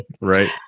Right